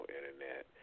Internet